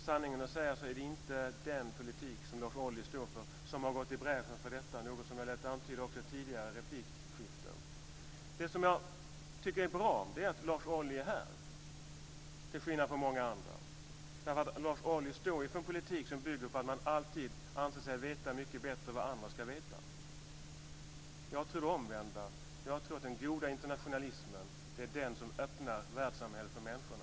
Sanningen att säga är det inte den politik som Lars Ohly står för som har gått i bräschen för detta, något som jag lät antyda också i tidigare replikskiften. Jag tycker att det är bra att Lars Ohly är här till skillnad från många andra. Lars Ohly står ju för en politik som bygger på att man alltid anser sig veta mycket bättre vad andra ska veta. Jag tror på det omvända. Jag tror att den goda internationalismen öppnar världssamhället för människorna.